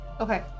Okay